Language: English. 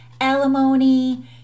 alimony